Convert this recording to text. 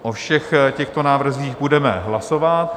O všech těchto návrzích budeme hlasovat.